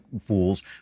fools